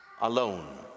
alone